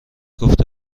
گفته